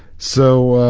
so,